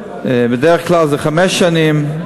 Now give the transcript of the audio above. בדרך כלל של חמש שנים,